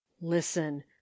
listen